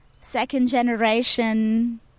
second-generation